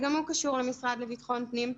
גם הוא קשור למשרד לביטחון פנים,